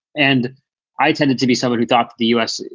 and i tended to be somebody dropped the us.